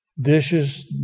Dishes